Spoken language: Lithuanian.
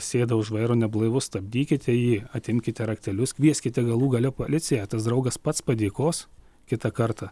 sėda už vairo neblaivus stabdykite jį atimkite raktelius kvieskite galų gale policiją tas draugas pats padėkos kitą kartą